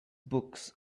books